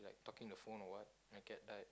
talking the phone or what and the cat died